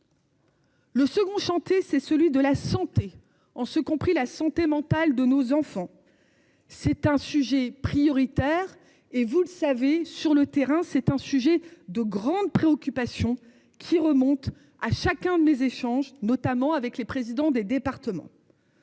Le second chanter c'est celui de la santé en ce compris la santé mentale de nos enfants. C'est un sujet prioritaire et vous le savez sur le terrain, c'est un sujet de grande préoccupation, qui remonte à chacun de mes échanges notamment avec les présidents des départements.--